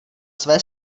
své